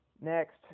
Next